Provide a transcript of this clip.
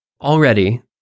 Already